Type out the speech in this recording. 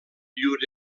llur